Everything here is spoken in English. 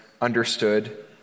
understood